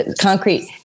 Concrete